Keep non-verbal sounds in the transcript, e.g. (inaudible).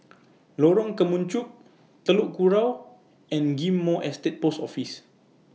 (noise) Lorong Kemunchup Telok Kurau and Ghim Moh Estate Post Office